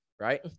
right